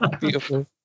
Beautiful